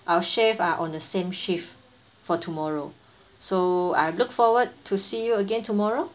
our chefs are on the same shift for tomorrow so I look forward to see you again tomorrow